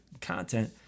content